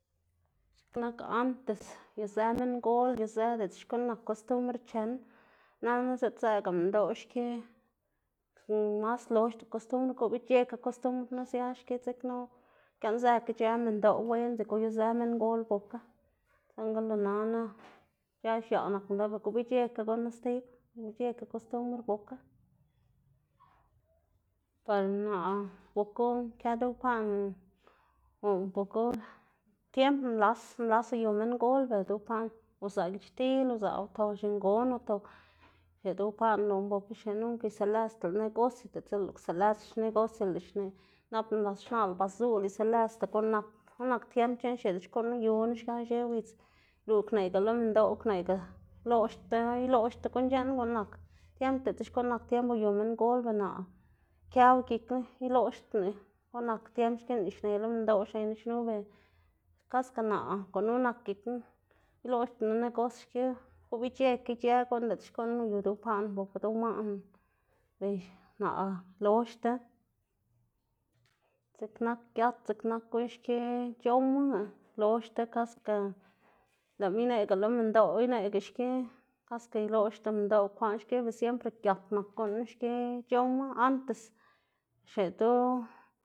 X̱iꞌn nak antes yuzë minngol yuzë diꞌltsa xkuꞌn nak kostumbr chen, nana ziꞌdzëꞌga minndoꞌ xki mas loxda kostumbr gobic̲h̲ekga kostumbr knu sia xki dzekna giaꞌnzëkga ic̲h̲ë minndoꞌ wen x̱iꞌk uyuꞌzë minngol bokga, saꞌnga lo nana ya x̱aꞌ nak minndoꞌ ber gobic̲h̲ekga gunu stib, gobic̲h̲ekga kostumbr bokga. par naꞌ bokga ukëꞌ duwpaꞌná o bokga tiemb nlas nlas uyu minngol ber duwpaꞌná uzaꞌ giachtil uzaꞌ utoxi ngon uto, xneꞌ duwpaꞌná loná bokga nunca isunlëdzdlá negosio diꞌltsa lëꞌlá kwsulëdz xneꞌgosiolá xneꞌ nap nlas xnaꞌlá ba zuꞌlá isulëdzdlá guꞌn nak guꞌn nak tiemb c̲h̲eꞌn xneꞌ xkuꞌn yuná xka ix̱ewidz, luꞌ kwneꞌga lo minndoꞌ kwneꞌga iloꞌxdtá iloꞌxdtá guꞌn c̲h̲eꞌn guꞌn nak tiemb diꞌltsa xkun nak tiemb uyu minngol ber naꞌ këwu gikná iloꞌxdná guꞌn nak tiemb xki lëꞌná xne lo minndoꞌ xnená xnu ber kaska naꞌ gunu nak gikná iloxdná lo negosio xki, gobic̲h̲ekga ic̲h̲ë guꞌn diꞌltsa xkuꞌn uyu duwpaꞌná bokga duwmaꞌná, ber naꞌ loxda dziꞌk nak giat dziꞌk nak guꞌn xki c̲h̲owmaga loxda kasga lëꞌma ineꞌga lo minndoꞌ ineꞌga xki, kaske iloꞌxda minndoꞌ bekwaꞌn xki siempre giat nak guꞌn xki c̲h̲owma antes xneꞌ duw.